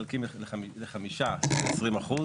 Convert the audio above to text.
מחלקים לחמישה שזה 20%,